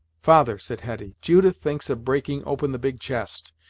father, said hetty, judith thinks of breaking open the big chest,